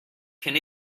can